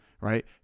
right